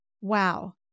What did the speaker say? Wow